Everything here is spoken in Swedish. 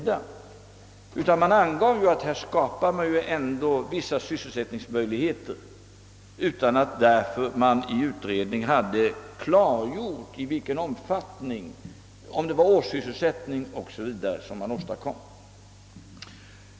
Det angavs att här skapas vissa sysselsättningsmöjligheter, utan att utredningen därför hade klargjort omfattningen av dessa — om det var årssysselsättning o.s. v. som åstadkoms.